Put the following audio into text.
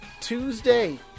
Tuesday